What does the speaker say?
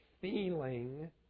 feeling